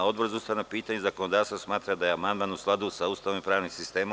Odbor za ustavna pitanja i zakonodavstvo smatra da je amandman u skladu sa ustavom i pravnim sistemom.